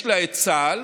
יש לה את צה"ל,